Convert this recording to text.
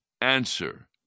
answer